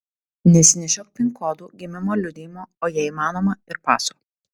nesinešiok pin kodų gimimo liudijimo o jei įmanoma ir paso